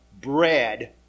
bread